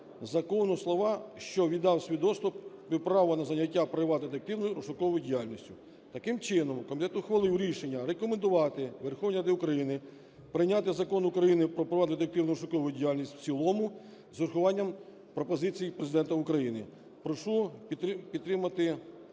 закону слова "що віддав свій доступ і право на зайняття приватною детективною (розшуковою) діяльністю". Таким чином, комітет ухвалив рішення рекомендувати Верховній Раді України прийняти Закон України "Про приватну детективну (розшукову) діяльність" в цілому з урахуванням пропозицій Президента України. Прошу підтримати